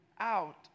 out